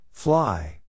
Fly